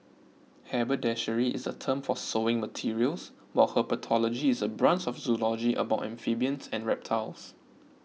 haberdashery is a term for sewing materials while herpetology is a branch of zoology about amphibians and reptiles